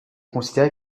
considérée